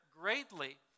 greatly